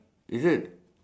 is it